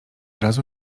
razu